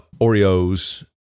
Oreos